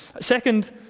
Second